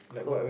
because